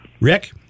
Rick